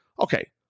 Okay